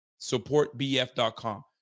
SupportBF.com